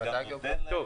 זה גם נותן להם